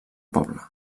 poble